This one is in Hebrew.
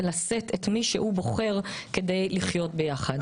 לשאת את מי שהוא בוחר כדי לחיות ביחד.